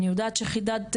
אני יודעת שחידדתם.